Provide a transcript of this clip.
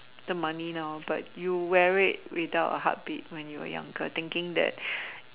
the money now but you wear it without a heartbeat when you're younger thinking that